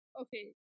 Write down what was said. Okay